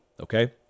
okay